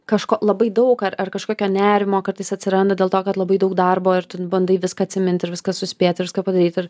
kažko labai daug ar ar kažkokio nerimo kartais atsiranda dėl to kad labai daug darbo ir tu bandai viską atsimint ir viską suspėt ir viską padaryti ir